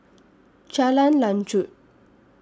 Jalan Lanjut